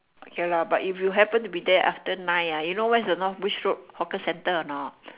okay lah but if you happen to be there after nine ah you know where is the north bridge road hawker centre or not